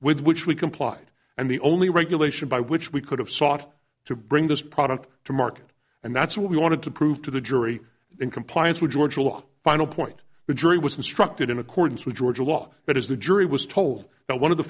with which we complied and the only regulation by which we could have sought to bring this product to market and that's what we wanted to prove to the jury in compliance with georgia law final point the jury was instructed in accordance with georgia law that is the jury was told that one of the